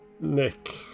Nick